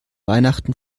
weihnachten